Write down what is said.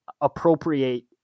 appropriate